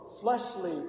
fleshly